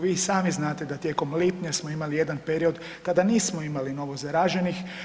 Vi i sami znate da tijekom lipnja smo imali jedan period kada nismo imali novozaraženih.